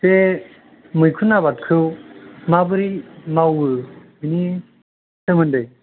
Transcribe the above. जे मैखुन आबादखौ माब्रै मावो बेनि सोमोन्दै